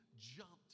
jumped